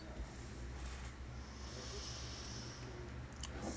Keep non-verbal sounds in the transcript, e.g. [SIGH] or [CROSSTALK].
[BREATH]